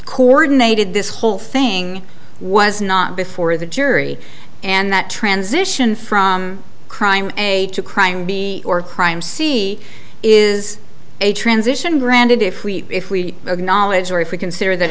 coordinated this whole thing was not before the jury and that transition from crime a to crime b or crime c is a transition granted if we if we acknowledge or if we consider that